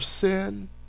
sin